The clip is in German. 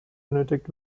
benötigt